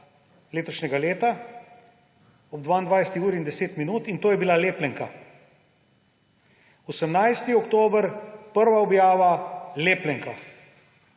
letošnjega leta ob 22. uri in 10 minut in to je bila lepljenka. 18. oktober, prva objava, lepljenka.